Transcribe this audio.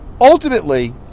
ultimately